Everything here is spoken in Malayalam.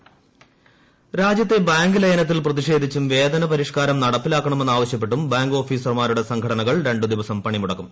ബാങ്ക് പണിമുടക്ക് രാജ്യത്തെ ബാങ്ക് ലയനത്തിൽ പ്രതിഷേധിച്ചും വേതന പരിഷ്കാരം നടപ്പാക്കണമെന്ന് ആവശൃപ്പെട്ടും ബാങ്ക് ഓഫീസർമാരുടെ സംഘടനകൾ രണ്ടു ദിവസം പണിമുടക്കും